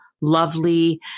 lovely